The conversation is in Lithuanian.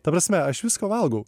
ta prasme aš viską valgau